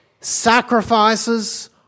sacrifices